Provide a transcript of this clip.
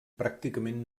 pràcticament